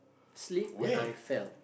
slip and I fell